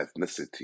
ethnicity